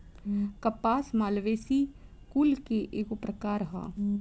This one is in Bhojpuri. कपास मालवेसी कुल के एगो प्रकार ह